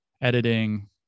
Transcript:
editing